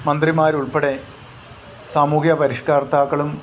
മന്ത്രിമാരുൾപ്പടെ സാമൂഹിക പരിഷ്കർത്താക്കളും